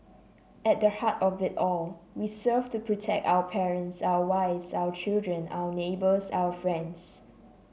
at the heart of it all we serve to protect our parents our wives our children our neighbours our friends